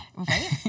Okay